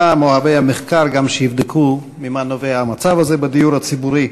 שפעם אוהבי המחקר יבדקו ממה נובע המצב הזה בדיור הציבורי.